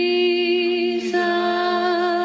Jesus